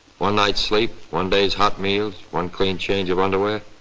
one night's sleep, one day's hot meals, one clean change of underwear,